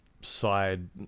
side